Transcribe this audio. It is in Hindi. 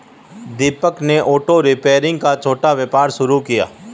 दीपक ने ऑटो रिपेयर का छोटा व्यापार शुरू किया